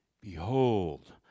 ...behold